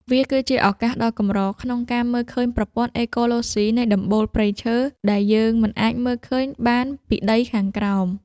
វាគឺជាឱកាសដ៏កម្រក្នុងការមើលឃើញប្រព័ន្ធអេកូឡូស៊ីនៃដំបូលព្រៃឈើ ដែលយើងមិនអាចមើលឃើញបានពីដីខាងក្រោម។